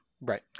Right